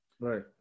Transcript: right